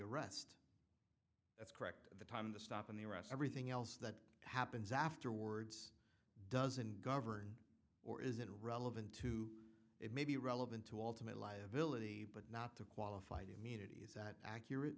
arrest that's correct the time the stop and the rest everything else that happens afterwards doesn't govern or isn't relevant to it may be relevant to all to my liability but not to qualify the immunity is that accurate